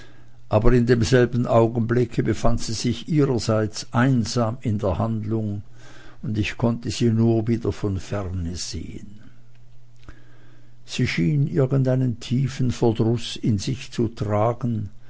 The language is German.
aber in demselben augenblicke befand sie sich ihrerseits einsam in der handlung und ich konnte sie nur wieder von ferne sehen sie schien irgendeinen tiefen verdruß in sich zu tragen